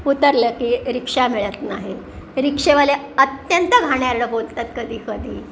उतरलं की रिक्षा मिळत नाही रिक्षेवाले अत्यंत घाणेरडं बोलतात कधीकधी